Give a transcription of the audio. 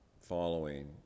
following